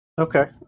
Okay